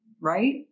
right